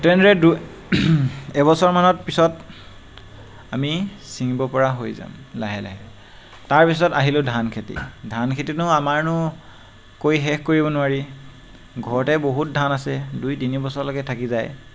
তেনেদৰে দু এবছৰমানৰ পিছত আমি ছিঙিব পৰা হৈ যাম লাহে লাহে তাৰ পিছত আহিলোঁ ধান খেতি ধান খেতিনো আমাৰ নো কৈ শেষ কৰিব নোৱাৰি ঘৰতে বহুত ধান আছে দুই তিনিবছৰলৈকে থাকি যায়